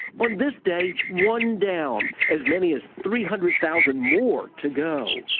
but this day, one down. as many as three hundred thousand more to go.